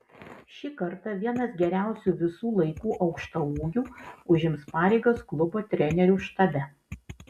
šį kartą vienas geriausių visų laikų aukštaūgių užims pareigas klubo trenerių štabe